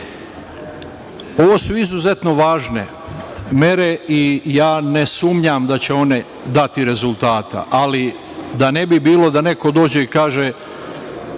su izuzetno važne mere i ja ne sumnjam da će one dati rezultata, ali da ne bi bilo da neko dođe i kaže: